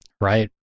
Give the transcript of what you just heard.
Right